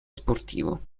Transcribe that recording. sportivo